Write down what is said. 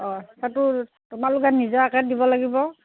অঁ সেইটো তোমালোকে নিজাকৈ দিব লাগিব